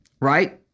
right